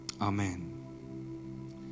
amen